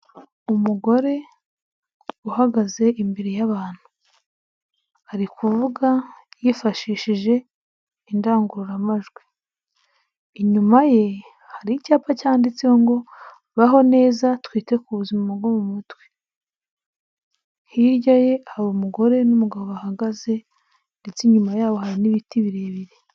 Umugore uhagaze imbere y'abantu, ari kuvuga yifashishije indangururamajwi, inyuma ye hari icyapa cyanditseho ngo ''baho neza twite ku buzima bwo mu mutwe''. Hirya ye hari umugore n'umugabo bahagaze, ndetse inyuma yaho hari n'ibiti birebire.